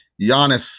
Giannis